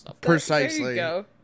Precisely